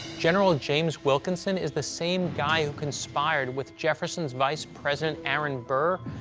general james wilkinson is the same guy who conspired with jefferson's vice-president, aaron burr,